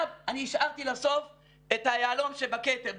אני השארתי לסוף את היהלום שבכתר,